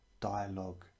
dialogue